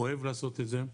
אוהב לעשות את זה,